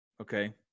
Okay